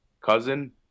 cousin